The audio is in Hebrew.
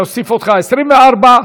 אדוני היושב-ראש, אני אוסיף אותך, 24,